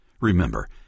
Remember